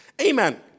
Amen